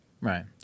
Right